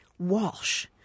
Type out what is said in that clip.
Walsh